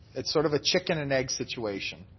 it's sort of a chicken and egg situation.